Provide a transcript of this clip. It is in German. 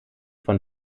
von